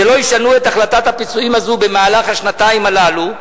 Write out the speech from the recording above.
שלא ישנו את החלטת הפיצויים הזו במהלך השנתיים הללו.